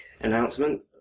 announcement